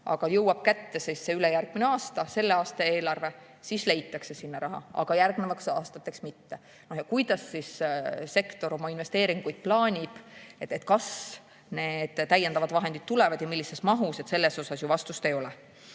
Jõuab kätte see ülejärgmine aasta, selle aasta eelarve, siis leitakse sinna raha, aga järgnevateks aastateks mitte. Kuidas siis sektor oma investeeringuid plaanib? Kas need täiendavad vahendid tulevad ja millises mahus, seda vastust ju ei ole.